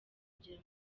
kugira